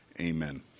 Amen